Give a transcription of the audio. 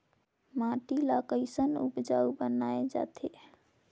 माटी ला कैसन उपजाऊ बनाय जाथे?